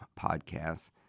podcasts